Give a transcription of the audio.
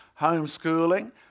homeschooling